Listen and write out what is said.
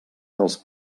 dels